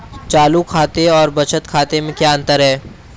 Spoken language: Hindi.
चालू खाते और बचत खाते में क्या अंतर है?